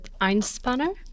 einspanner